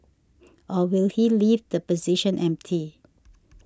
or will he leave the position empty